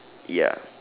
ya